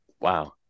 wow